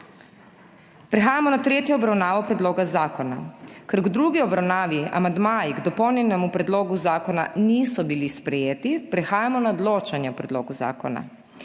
Prehajamo na tretjo obravnavo predloga zakona. Ker v drugi obravnavi amandmaji k dopolnjenemu predlogu zakona niso bili sprejeti, prehajamo na odločanje o predlogu zakona.